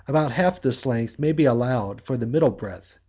about half this length may be allowed for the middle breadth,